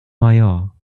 mayor